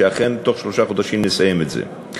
שאכן בתוך שלושה חודשים נסיים את זה.